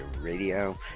Radio